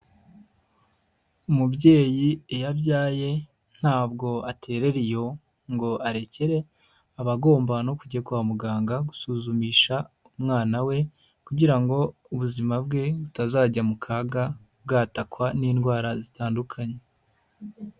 Umubyeyi iyo abyaye ntabwo aterera iyo ngo arekere, aba agomba no kujya kwa muganga gusuzumisha umwana we kugira ngo ubuzima bwe butazajya mu kaga bwatakwa n'indwara zitandukanye.